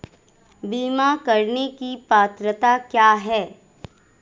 बीमा करने की पात्रता क्या है?